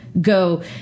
go